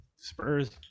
spurs